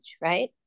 right